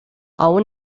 aún